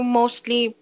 mostly